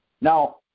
Now